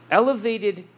elevated